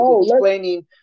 explaining